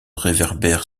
réverbère